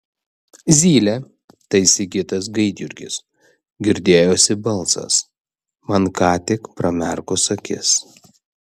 zylė tai sigitas gaidjurgis girdėjosi balsas man ką tik pramerkus akis